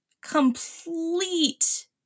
complete